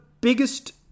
biggest